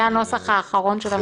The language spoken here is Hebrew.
זה הנוסח האחרון.